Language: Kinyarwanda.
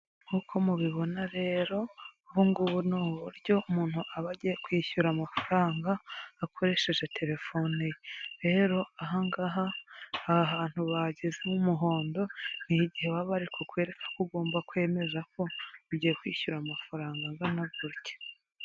Nkuko mubibona rero, ubu ngubu ni uburyo, umuntu aba agiye kwishyura amafaranga, akoresheje telefoni ye, rero aha ngaha, aha hantu bagize h'umuhondo, ni igihe baba bari kukwereka ko ugomba kwemeza ko, ugiye kwishyura amafaranga angana gutya.